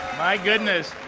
my goodness.